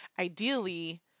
ideally